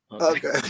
Okay